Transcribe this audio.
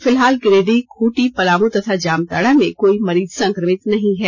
फिलहाल गिरिडीह खूंटी पलामू तथा जामताड़ा में कोई मरीज संक्रमित नहीं है